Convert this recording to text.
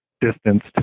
distanced